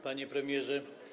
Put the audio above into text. Panie Premierze!